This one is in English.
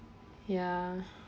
ya